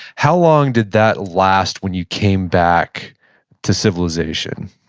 how long did that last when you came back to civilization?